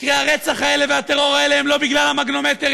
מקרי הרצח האלה והטרור האלה הם לא בגלל המגנומטרים,